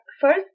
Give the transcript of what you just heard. First